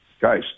guys